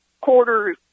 quarter